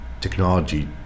technology